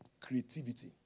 Creativity